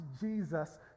jesus